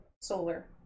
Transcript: solar